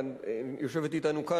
שיושבת אתנו כאן,